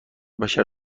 بشر